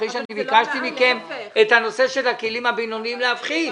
אחרי שביקשתי מכם את הנושא של הכלים הבינוניים להפחית.